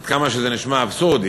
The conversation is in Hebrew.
עד כמה שזה נשמע אבסורדי,